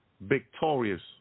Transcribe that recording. victorious